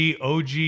OG